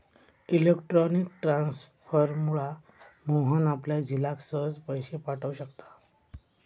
electronic ट्रांसफरमुळा मोहन आपल्या झिलाक सहज पैशे पाठव शकता